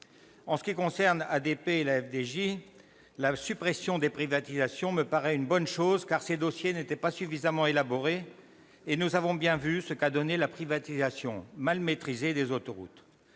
En ce qui concerne ADP et La Française des jeux, la suppression des privatisations me paraît être une bonne chose, car ces dossiers n'étaient pas suffisamment élaborés. Nous avons bien vu ce qu'a donné la privatisation mal maîtrisée des autoroutes.